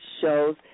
shows